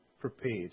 prepared